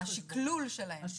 השקלול שלהם.